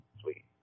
Sweet